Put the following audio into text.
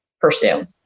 pursue